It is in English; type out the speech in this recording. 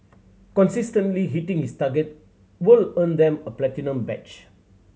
consistently hitting this target will earn them a platinum badge